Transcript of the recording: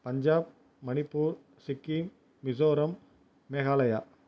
Punjab Manipur Sikkim Mizoram Meghalaya